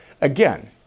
Again